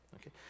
Okay